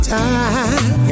time